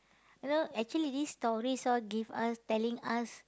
you know actually these stories all give us telling us